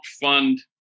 fund